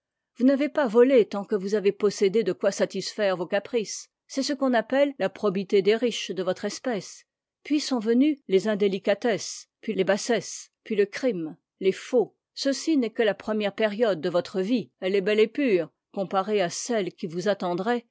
vous n'avez pas volé tant que vous avez possédé de quoi satisfaire vos caprices c'est ce qu'on appelle la probité des riches de votre espèce puis sont venues les indélicatesses puis les bassesses puis le crime les faux ceci n'est que la première période de votre vie elle est belle et pure comparée à celle qui vous attendrait